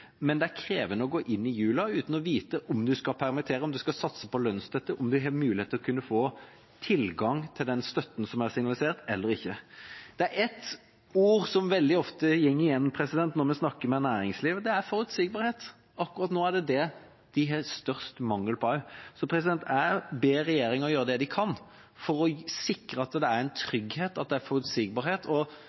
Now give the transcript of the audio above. men det er krevende å gå inn i julen uten å vite om en skal permittere, om en skal satse på lønnsstøtte, om en har mulighet til å kunne få tilgang til den støtten som er signalisert, eller ikke. Det er ett ord som veldig ofte går igjen når vi snakker med næringslivet, og det er «forutsigbarhet». Akkurat nå er det også det de har største mangel på. Jeg ber regjeringa gjøre det de kan for å sikre at det er en trygghet, at det er forutsigbarhet – og